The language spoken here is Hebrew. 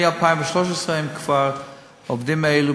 מ-2013 עובדים אלו,